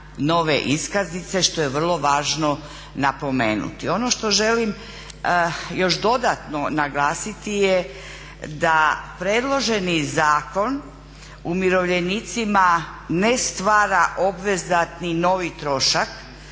što je vrlo važno napomenuti. Ono što želim još dodano naglasiti je da predloženi zakon umirovljenicima ne stvara obvezatni novi trošak,